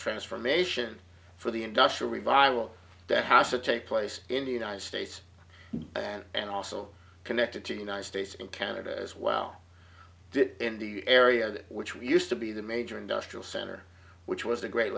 transformation for the industrial revival that has to take place in the united states and also connected to the united states and canada as well in the area that which we used to be the major industrial center which was the great